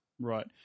Right